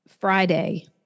Friday